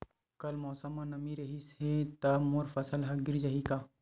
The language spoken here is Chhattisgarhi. कल मौसम म नमी रहिस हे त मोर फसल ह गिर जाही का?